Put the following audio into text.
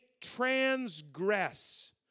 transgress